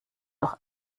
doch